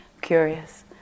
curious